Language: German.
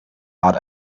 bat